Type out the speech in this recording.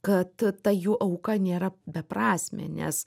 kad ta jų auka nėra beprasmė nes